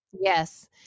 Yes